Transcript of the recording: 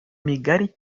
migari